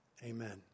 Amen